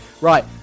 right